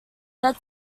said